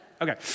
Okay